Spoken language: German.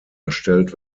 erstellt